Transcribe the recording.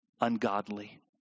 ungodly